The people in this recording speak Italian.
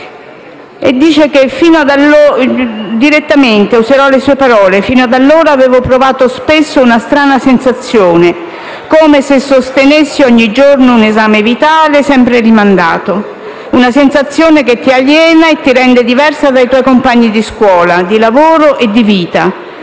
ventitre anni. Userò le sue parole: «Fino ad allora avevo provato spesso una strana sensazione: come se sostenessi ogni giorno un esame vitale, sempre rimandato. Una sensazione che ti aliena e ti rende diversa dai tuoi compagni, di scuola, di lavoro e di vita,